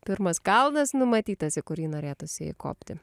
pirmas kalnas numatytas į kurį norėtųsi įkopti